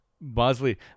Bosley